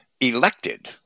elected